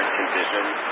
conditions